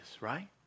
right